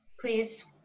please